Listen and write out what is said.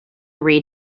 read